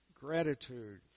gratitude